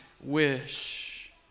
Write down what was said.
wish